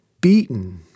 beaten